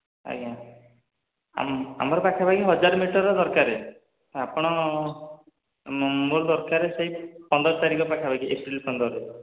ଆଜ୍ଞା ଆମର ପାଖାପାଖି ହଜାରେ ମିଟର୍ର ଦରକାର ଆପଣ ମୋର ଦରକାର ସେଇ ପନ୍ଦର ତାରିଖ ପାଖା ପାଖି ଏପ୍ରିଲ୍ ପନ୍ଦର